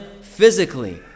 physically